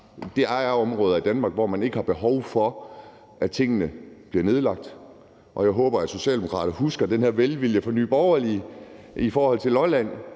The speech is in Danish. Der er områder af Danmark, hvor man ikke har behov for, at tingene bliver nedlagt. Og jeg håber, at Socialdemokraterne husker den her velvilje fra Nye Borgerlige i forhold til Lolland,